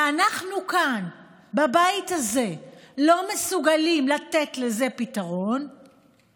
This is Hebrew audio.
ואנחנו כאן בבית הזה לא מסוגלים לתת לזה פתרון,